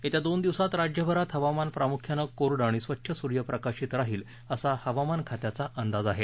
येत्या दोन दिवसात राज्यभरात हवामान प्रामुख्यानं कोरडं आणि स्वच्छ सूर्यप्रकाश राहील असा हवामान खात्याचा अंदाज आहे